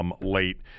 Late